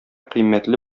кыйммәтле